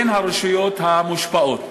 בין הרשויות המושפעות.